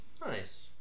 nice